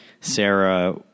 Sarah